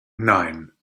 nein